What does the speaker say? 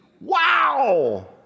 wow